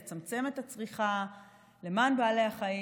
לצמצם את הצריכה למען בעלי החיים.